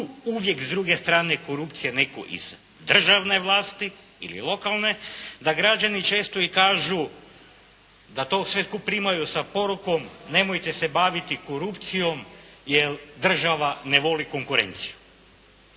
uvijek s druge strane korupcije netko iz državne vlasti ili lokalne da građani često i kažu da to …/Govornik se ne razumije./… sa porukom nemojte se baviti korupcijom jer država ne voli konkurenciju.